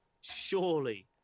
Surely